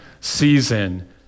season